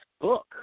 book